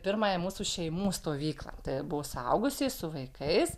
pirmąją mūsų šeimų stovyklą tai buvo suaugusieji su vaikais